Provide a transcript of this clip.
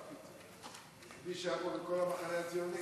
ההצעה